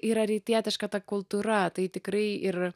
yra rytietiška ta kultūra tai tikrai ir